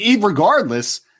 regardless –